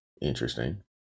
interesting